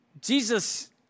Jesus